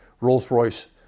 Rolls-Royce